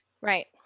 Right